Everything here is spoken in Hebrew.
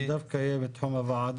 יש כאלה רוצים שדווקא יהיה בתחום הוועדה,